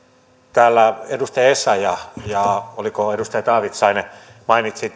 täällä edustaja essayah ja oliko edustaja taavitsainen mainitsi